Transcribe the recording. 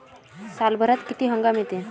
सालभरात किती हंगाम येते?